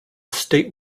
state